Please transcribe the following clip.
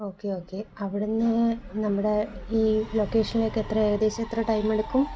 okay okay അവിടുന്ന് നമ്മുടെ ഈ ലോക്കേഷനിലേക്ക് എത്ര ഏകദേശം എത്ര ടൈം എടുക്കും